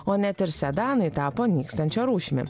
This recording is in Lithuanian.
o net ir sedanai tapo nykstančia rūšimi